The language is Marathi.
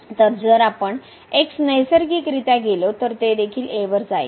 तर जर आपण x नैसर्गिकरित्या गेलो तर ते देखील a वर जाईल